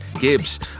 Gibbs